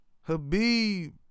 Habib